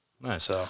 Nice